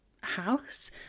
house